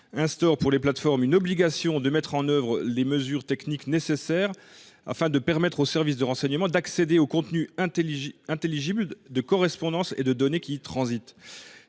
instaurer pour ces dernières une obligation de mettre en œuvre les mesures techniques nécessaires, afin de permettre aux services de renseignement d’accéder au contenu intelligible des correspondances et des données qui y transitent.